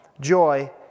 joy